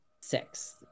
six